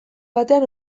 batean